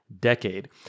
decade